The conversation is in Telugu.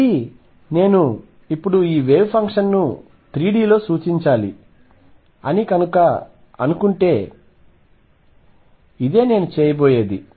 మళ్ళీ నేను ఇప్పుడు ఈ వేవ్ ఫంక్షన్ను 3 D లో సూచించాలి అనుకుంటే ఇదే నేను చేయబోయేది